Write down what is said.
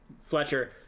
Fletcher